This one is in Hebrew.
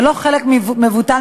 ולא חלק מבוטל,